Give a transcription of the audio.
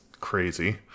crazy